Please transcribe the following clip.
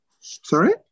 Sorry